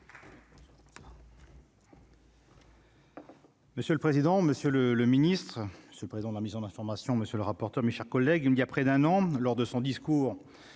Monsieur le président, Monsieur le le ministre ce président de la mission d'information, monsieur le rapporteur, mes chers collègues, il y a près d'un an, lors de son discours